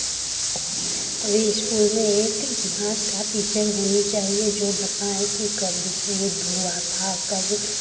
सभी स्कुल में एक इतिहास का टीचर होनी चाहिए जो बताएँ कि कब विश्व युद्ध हुआ था कब